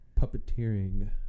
puppeteering